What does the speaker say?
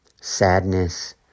sadness